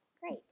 Great